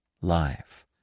life